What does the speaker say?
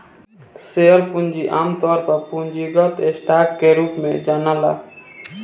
share पूंजी आमतौर पर पूंजीगत स्टॉक के रूप में जनाला